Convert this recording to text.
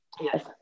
Yes